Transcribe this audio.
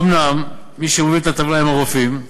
אומנם מי שמובילים את הטבלה הם הרופאים,